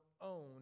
own